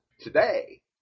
today